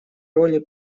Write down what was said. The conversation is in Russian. роли